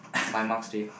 my marks to you